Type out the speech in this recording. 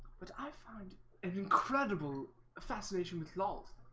but i found an incredible fascination with loss